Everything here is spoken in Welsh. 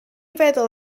feddwl